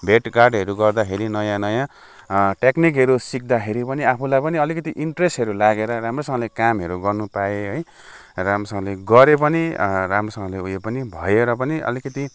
भेटघाटहरू गर्दाखेरि नयाँ नयाँ टेक्निकहरू सिक्दाखेरि पनि आफूलाई पनि अलिकति इन्ट्रेस्टहरू लागेर राम्रोसँगले कामहरू गर्नु पाएँ है राम्रोसँगले गरेँ पनि राम्रोसँगले ऊ यो पनि भएर पनि अलिकति